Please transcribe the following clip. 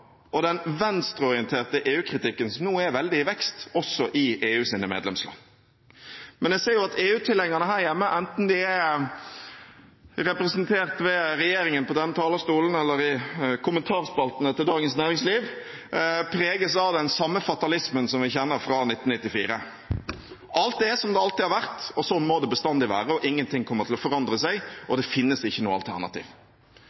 og den venstreorienterte EU-kritikken som nå er veldig i vekst, også i EUs medlemsland. Men jeg ser at EU-tilhengerne her hjemme, enten de er representert ved regjeringen på denne talerstolen, eller i kommentarspaltene til Dagens Næringsliv, preges av den samme fatalismen som vi kjenner fra 1994. Alt er som det alltid har vært, og sånn må det bestandig være, ingenting kommer til å forandre seg, og